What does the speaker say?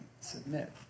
Submit